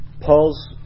Paul's